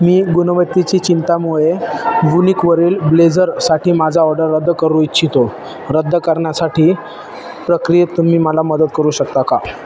मी गुणवत्तेची चिंतामुळे वुनिकवरील ब्लेझरसाठी माझा ऑर्डर रद्द करू इच्छितो रद्द करण्यासाठी प्रक्रियेत तुम्ही मला मदत करू शकता का